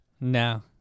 No